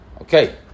Okay